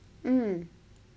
mm